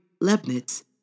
Leibniz